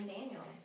Daniel